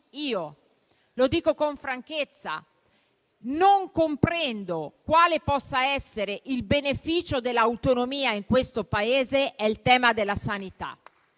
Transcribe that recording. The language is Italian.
- lo dico con franchezza - non comprendo quale possa essere il beneficio dell'autonomia in questo Paese, è il tema della sanità.